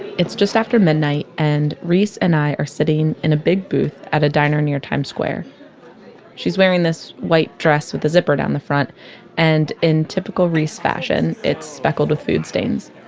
it's just after midnight and reese and i are sitting in a big booth at a diner near times square she's wearing this white dress with a zipper down the front and in typical reese fashion, it's speckled with food stains